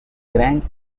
grand